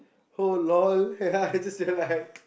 oh lol yeah I just realised